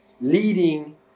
leading